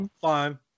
Fine